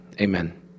Amen